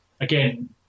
again